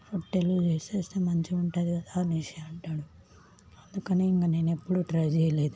రొట్టెలు చేసేస్తే మంచిగ ఉంటుంది కదా అనేసి అంటాడు అందుకనే ఇంక నేను ఎప్పుడూ ట్రై చేయలేదు